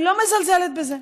אני לא מזלזלת בזה,